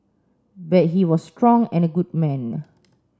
but he was strong and a good man